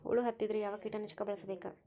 ಹುಳು ಹತ್ತಿದ್ರೆ ಯಾವ ಕೇಟನಾಶಕ ಬಳಸಬೇಕ?